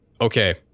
okay